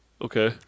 Okay